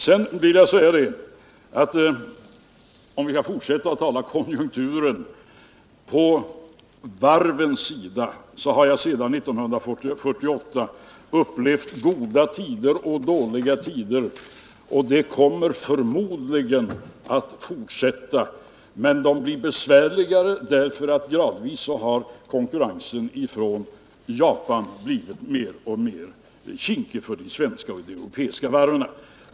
Jag vill säga, om vi skall fortsätta att diskutera konjunkturen, att på varvssidan har jag sedan 1948 upplevt goda tider och dåliga tider. Den växlingen kommer förmodligen att fortsätta. Men det blir besvärligare därför att gradvis har konkurrensen från Japan blivit mer och mer kinkig för de svenska och europeiska varven.